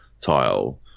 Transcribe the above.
tile